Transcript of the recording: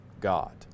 God